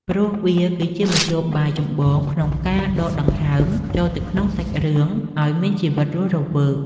ព្រោះវាគឺជាមធ្យោបាយចម្បងក្នុងការដកដង្ហើមចូលទៅក្នុងសាច់រឿងឱ្យមានជីវិតរស់រវើក។